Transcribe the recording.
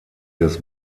des